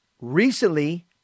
Recently